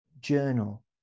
Journal